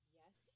yes